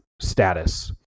status